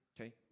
okay